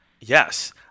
Yes